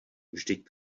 vždyť